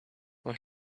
when